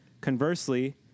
Conversely